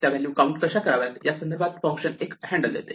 त्या value count कशा कराव्यात या संदर्भात फंक्शन एक हँडल देते